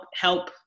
help